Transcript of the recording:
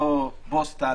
לא "פוסטה",